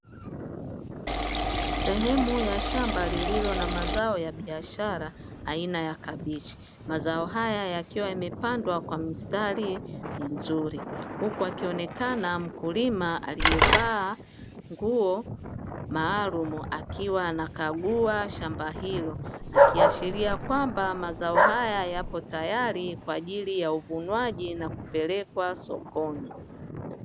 Sehemu ya shamba lililo na mazao ya biashara aina ya kabichi, mazao haya yakiwa yamepandwa kwa mstari mzuri, huku akionekana mkulima aliyevaa nguo maalumu akiwa ana kagua shamba hilo akiashiria kwamba mazao haya yapo tayari kwa ajili ya uvunwaji na kupelekwa sokoni.